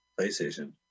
PlayStation